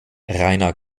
rainer